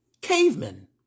cavemen